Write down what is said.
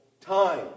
time